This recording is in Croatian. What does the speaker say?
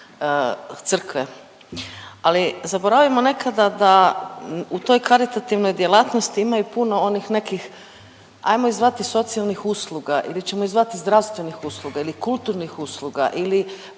ali zaboravimo nekada da u toj karitativnoj djelatnosti ima i puno onih nekih ajmo ih zvati socijalnih usluga ili ćemo ih zvati zdravstvenih usluga ili kulturnih usluga ili